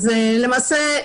אז הממשלה,